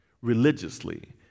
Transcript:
religiously